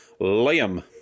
Liam